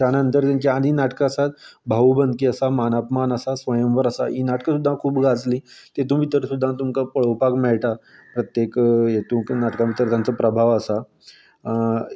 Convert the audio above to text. त्या नंतर तेंची आनीक नाटकां आसात भावूं बन्की आसा मानापमान आसा स्वयंवर आसा हीं नाटकां सुद्दां खूब गाजलीं हेतून भितर सुद्दां तुमकां पळोवपाक मेळटा प्रत्येक हितूंक नाटका भितर तेंचो प्रभाव आसा